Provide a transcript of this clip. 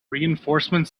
reinforcement